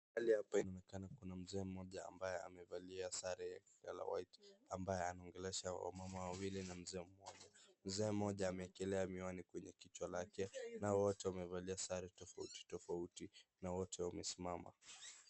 Mahali hapa inaonekana kuna mzee mmoja ambaye amevalia sare ya colour white ambaye anaongelesha wamama wawili na mzee mmoja. Mzee mmoja amewekelea miwani kwenye kichwa lake na wote wamevalia sare tofauti tofauti na wote wamesimama.